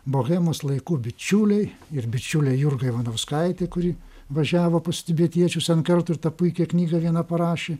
bohemos laikų bičiuliai ir bičiulė jurga ivanauskaitė kuri važiavo pas tibetiečius n kartų ir tą puikią knygą vieną parašė